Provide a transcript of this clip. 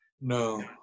no